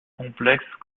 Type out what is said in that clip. complexes